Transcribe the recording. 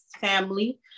family